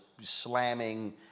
slamming